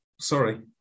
Sorry